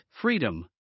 freedom